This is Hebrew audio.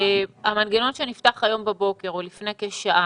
המנגנון שנפתח הבוקר או לפני כשעה,